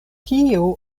kio